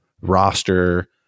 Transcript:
roster